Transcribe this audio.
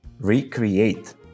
Recreate